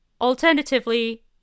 Alternatively